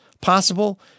possible